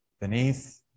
beneath